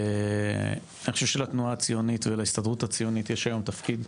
אני חושב שלתנועה הציונית ולהסתדרות הציונית יש היום תפקיד,